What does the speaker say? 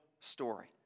story